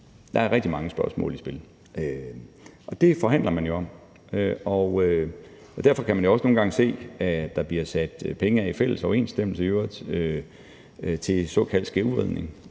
Der er rigtig mange spørgsmål i spil. Og det forhandler man jo om. Derfor kan man jo også nogle gange se, at der bliver sat penge af, i fælles overensstemmelse i øvrigt, til såkaldt skævvridning,